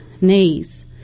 knees